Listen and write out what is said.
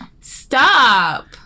stop